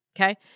Okay